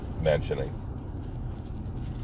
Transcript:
mentioning